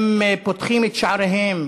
הם פותחים את שעריהם